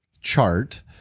chart